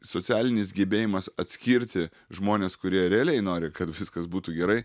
socialinis gebėjimas atskirti žmones kurie realiai nori kad viskas būtų gerai